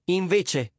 invece